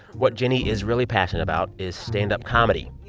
what jenny is really passionate about is stand-up comedy.